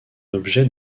objet